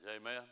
Amen